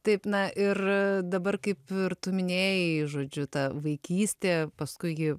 taip na ir dabar kaip ir tu minėjai žodžiu ta vaikystė paskui gi